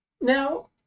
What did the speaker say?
Now